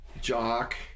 Jock